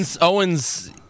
Owens